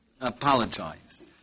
Apologize